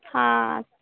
ହଁ